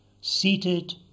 Seated